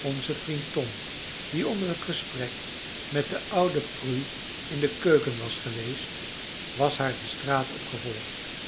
onze vriend tom die onder het gesprek met de oude prue in de keuken was geweest was haar de straat op gevolgd